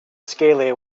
scaly